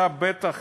אתה בטח